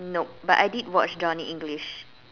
nope but I did watch Johnny English